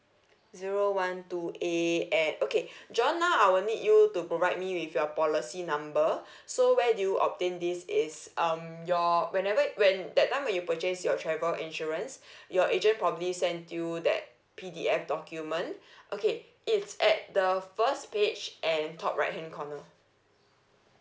zero one two a and okay john now I will need you to provide me with your policy number so where do you obtain this is um your whenever when that time when you purchase your travel insurance your agent probably sent you that P_D_F document okay it's at the first page and top right hand corner